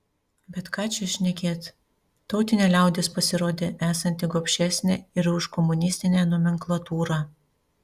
bet ką čia šnekėti tautinė liaudis pasirodė esanti gobšesnė ir už komunistinę nomenklatūrą